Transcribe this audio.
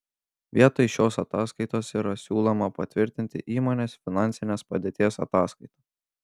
vietoj šios ataskaitos yra siūloma patvirtinti įmonės finansinės padėties ataskaitą